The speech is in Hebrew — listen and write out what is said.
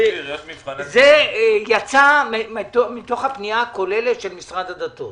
הרי זה יצא מתוך הפנייה הכוללת של משרד הדתות.